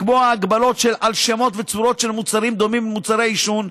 לקבוע הגבלות על שמות וצורות של מוצרים דומים למוצרי עישון,